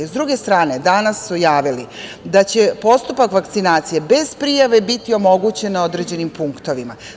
S druge strane, danas su javili da će postupak vakcinacije bez prijave biti omogućen na određenim punktovima.